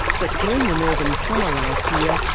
but during the northern summer last year,